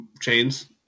chains